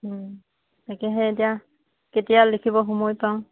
তাকেহে এতিয়া কেতিয়া লিখিব সময় পাওঁ